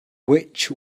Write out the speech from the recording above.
which